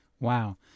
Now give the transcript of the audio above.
Wow